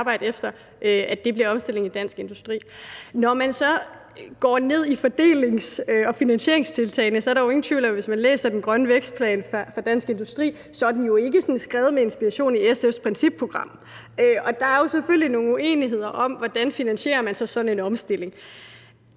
efter den omstilling. Man kan så gå ned i fordelings- og finansieringstiltagene, og hvis man læser den grønne vækstplan fra Dansk Industri, er der jo ingen tvivl om, at den ikke sådan er skrevet med inspiration i SF's principprogram. Der er jo selvfølgelig nogle uenigheder om, hvordan man finansierer sådan en omstilling.